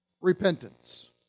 repentance